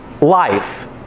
life